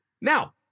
Now